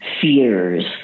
fears